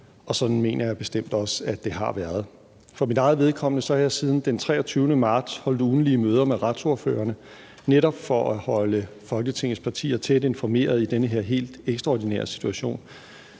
og sådan mener jeg bestemt også at det har været. For mit eget vedkommende har jeg siden den 23. marts holdt ugentlige møder med retsordførerne netop for at holde Folketingets partier tæt informeret i den her helt ekstraordinære situation.